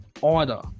order